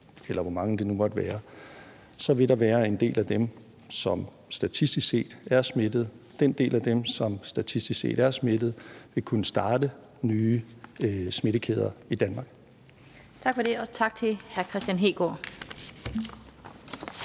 eller hvor mange det nu måtte være, vil der være en del af dem, som statistisk set er smittet. Den del af dem, som så er smittet, vil kunne starte nye smittekæder i Danmark. Kl. 15:28 Den fg. formand